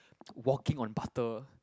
walking on butter